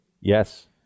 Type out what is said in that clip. Yes